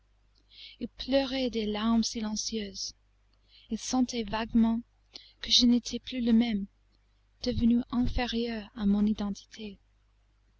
ils pleuraient des larmes silencieuses ils sentaient vaguement que je n'étais plus le même devenu inférieur à mon identité